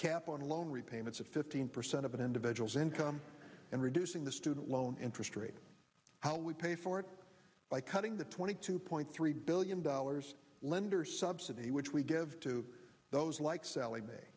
cap on loan repayments of fifteen percent of an individual's income and reducing the student loan interest rate how we pay for it by cutting the twenty two point three billion dollars lender subsidy which we give to those like salli